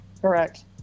Correct